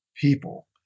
people